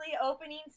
opening